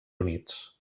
units